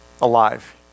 alive